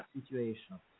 situation